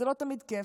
זה לא תמיד כיף.